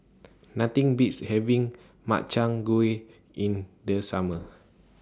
Nothing Beats having Makchang Gui in The Summer